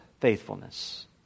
faithfulness